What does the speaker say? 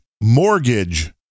mortgage